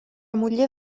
muller